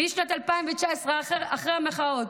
ומשנת 2019, אחרי המחאות,